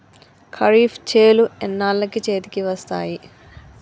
ఖరీఫ్ చేలు ఎన్నాళ్ళకు చేతికి వస్తాయి?